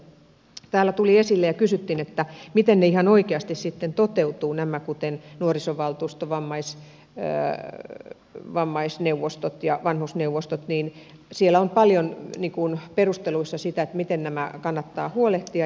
kun täällä tuli esille ja kysyttiin miten ihan oikeasti sitten toteutuvat nämä nuorisovaltuustot vammaisneuvostot ja vanhusneuvostot niin siellä on paljon perusteluissa sitä miten nämä kannattaa huolehtia